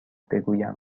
بگویم